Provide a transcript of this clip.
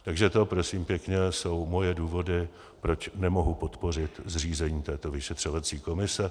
Takže to, prosím pěkně, jsou moje důvody, proč nemohu podpořit zřízení této vyšetřovací komise.